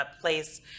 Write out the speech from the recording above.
place